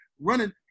running